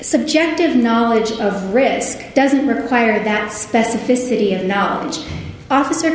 subjective knowledge of risk doesn't require that specificity of knowledge officer